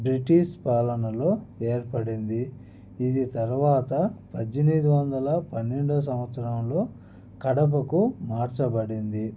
British పాలనలో ఏర్పడింది ఇది తరువాత పద్దెనిమిది వందల పన్నెండవ సంవత్సరంలో కడపకు మార్చబడింది